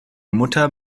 mutter